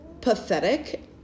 pathetic